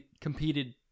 competed